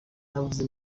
ntavuze